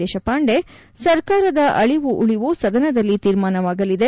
ದೇಶಪಾಂಡೆ ಸರ್ಕಾರದ ಅಳಿವು ಉಳಿವು ಸದನದಲ್ಲಿ ತೀರ್ಮಾನವಾಗಲಿದೆ